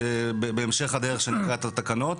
בהמשך הדרך, כשנקרא את התקנות.